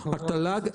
התל"ג,